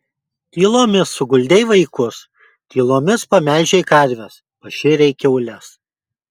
tylomis suguldei vaikus tylomis pamelžei karves pašėrei kiaules